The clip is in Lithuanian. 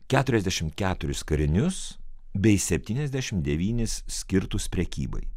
keturiasdešimt keturis karinius bei septyniasdešimt devynis skirtus prekybai